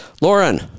Lauren